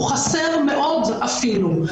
הוא חסר מאוד אפילו.